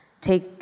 Take